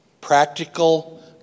practical